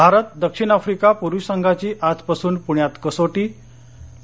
भारत दक्षिण आफ्रिका पूरुष संघांची आजपासून पूण्यात कसोटी आणि